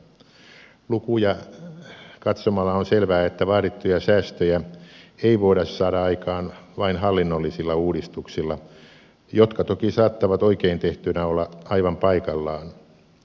lukuja katsomalla on selvää että vaadittuja säästöjä ei voida saada aikaan vain hallinnollisilla uudistuksilla jotka toki saattavat oikein tehtynä olla aivan paikallaan